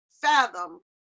fathom